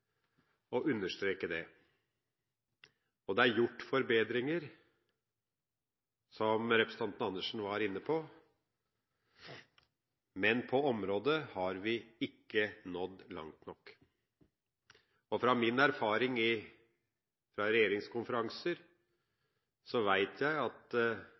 og understreke det. Det er gjort forbedringer – som representanten Karin Andersen også var inne på – men på dette området har vi ikke nådd langt nok. Ut fra min erfaring fra regjeringskonferanser vet jeg at